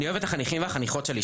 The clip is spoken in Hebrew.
אני אוהב את החניכים והחניכות שלי,